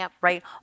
right